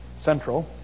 central